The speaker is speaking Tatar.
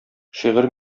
шигырь